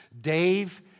Dave